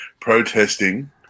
protesting